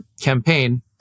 campaign